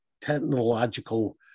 technological